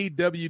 AW